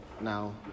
now